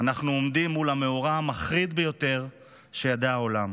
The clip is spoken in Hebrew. אנחנו עומדים מול המאורע המחריד ביותר שידע העולם,